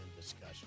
discussion